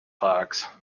fox